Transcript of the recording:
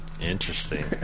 Interesting